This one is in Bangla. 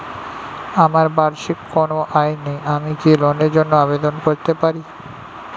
আমার বার্ষিক কোন আয় নেই আমি কি লোনের জন্য আবেদন করতে পারি?